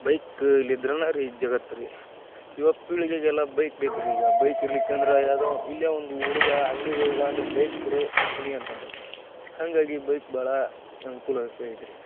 ಬೈಕ್ಲಿದ್ರೇನ ರೀ ಜಗತ್ತು ರೀ ಯುವ ಪೀಳಿಗೆಗೆಲ್ಲ ಬೈಕ್ ಬೇಕ್ರಿ ಈಗ ಬೈಕ್ ಇರ್ಲಿಕಂದ್ರೆ ಯಾವುದೋ ಇಲ್ಲೇ ಒಂದು ಹುಡುಗ ಅಂಗ್ಡಿಗೆ ಹೋಗಿ ಬಾ ಅಂದರೆ ಬೈಕ್ ಕೊಡು ಹೋಕಿನಿ ಅಂತಾನ್ರಿ ಹಾಗಾಗಿ ಬೈಕ್ ಭಾಳ ಅನ್ಕೂಲಕರ ಐತ್ರಿ